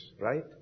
Right